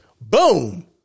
boom